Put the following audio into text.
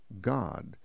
God